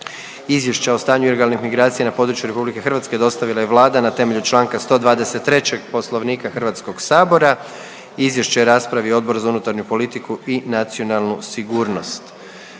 Izvješća o stanju ilegalnih migracija na području Republike Hrvatske dostavila je Vlada na temelju čl. 123. Poslovnika Hrvatskog sabora, izvješće je raspravio Odbor za unutarnju politiku i nacionalnu sigurnost.